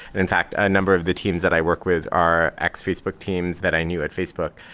in fact, a number of the teams that i work with are ex facebook teams that i knew at facebook.